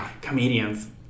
comedians